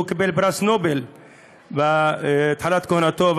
הוא קיבל פרס נובל בהתחלת כהונתו,